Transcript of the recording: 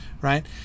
right